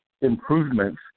improvements